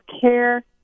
care